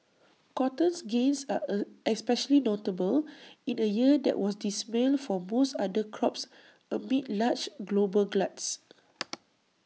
cotton's gains are especially notable in A year that was dismal for most other crops amid large global gluts